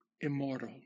Immortal